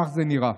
כך זה נראה.